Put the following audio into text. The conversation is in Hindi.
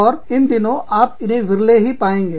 और इन दिनों आप इन्हें विरले ही पाएंगे